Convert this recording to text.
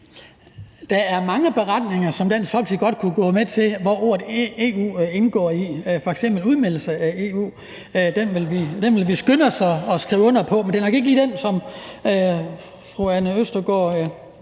Der er mange beretninger, som Dansk Folkeparti godt kunne gå med til, hvor ordet EU indgår, f.eks. udmeldelse af EU. Den ville vi skynde os at skrive under på. Men det er nok ikke lige den, som fru Anne Honoré Østergaard